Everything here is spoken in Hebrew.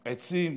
עצים,